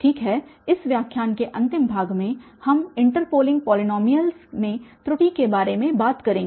ठीक है इस व्याख्यान के अंतिम भाग में हम इंटरपोलिंग पॉलीनोमीयल्स में त्रुटि के बारे में बात करेंगे